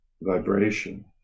vibration